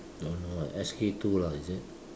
don't know eh S_K two lah is it